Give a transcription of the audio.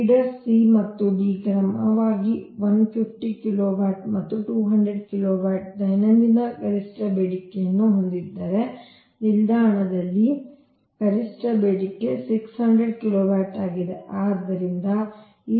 feeder C ಮತ್ತು D ಕ್ರಮವಾಗಿ 150 kilowatt ಮತ್ತು 200 ಕಿಲೋವ್ಯಾಟ್ ದೈನಂದಿನ ಗರಿಷ್ಠ ಬೇಡಿಕೆಯನ್ನು ಹೊಂದಿದ್ದರೆ ನಿಲ್ದಾಣದಲ್ಲಿ ಗರಿಷ್ಠ ಬೇಡಿಕೆ 600 ಕಿಲೋವ್ಯಾಟ್ ಆಗಿದೆ